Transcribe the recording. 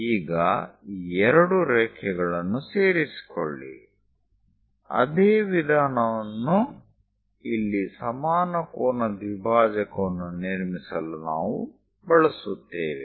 ಈಗ ಈ ಎರಡು ರೇಖೆಗಳನ್ನು ಸೇರಿಸಿಕೊಳ್ಳಿ ಅದೇ ವಿಧಾನವನ್ನು ಇಲ್ಲಿ ಸಮಾನ ಕೋನ ದ್ವಿಭಾಜಕವನ್ನು ನಿರ್ಮಿಸಲು ನಾವು ಬಳಸುತ್ತೇವೆ